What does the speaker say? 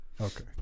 Okay